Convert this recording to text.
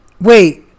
wait